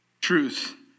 truth